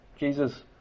Jesus